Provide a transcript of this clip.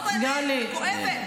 זאת האמת, היא כואבת.